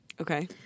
Okay